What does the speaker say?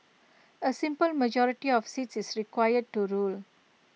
A simple majority of seats is required to rule